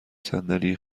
صندلی